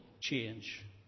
change